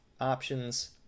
options